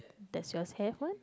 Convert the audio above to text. does yours have one